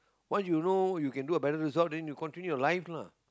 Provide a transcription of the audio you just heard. while you know you can do a better result then you continue your life lah